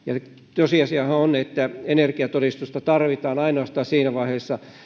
tosiasiahan on että energiatodistusta tarvitaan ainoastaan siinä vaiheessa